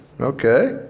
Okay